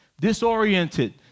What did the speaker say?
disoriented